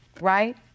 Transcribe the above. Right